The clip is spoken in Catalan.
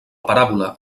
paràbola